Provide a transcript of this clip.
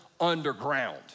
underground